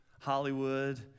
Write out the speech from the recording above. Hollywood